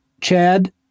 chad